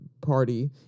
party